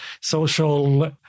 social